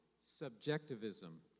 subjectivism